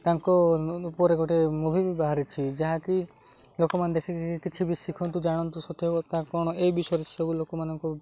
ତାଙ୍କ ଉପରେ ଗୋଟେ ମୁଭି ବି ବାହାରିଛି ଯାହାକି ଲୋକମାନେ ଦେଖିକି କିଛି ବି ଶିଖନ୍ତୁ ଜାଣନ୍ତୁ ସତ୍ୟ ବା ତା କ'ଣ ଏ ବିଷୟରେ ସବୁ ଲୋକମାନଙ୍କୁ